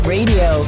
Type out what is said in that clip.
Radio